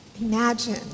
Imagine